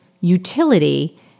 utility